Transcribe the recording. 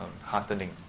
heartening